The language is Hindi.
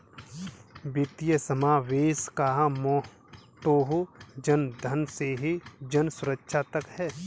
वित्तीय समावेशन का मोटो जनधन से जनसुरक्षा तक है